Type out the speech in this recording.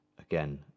Again